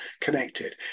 connected